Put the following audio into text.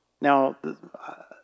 Now